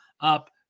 up